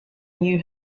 knew